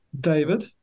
David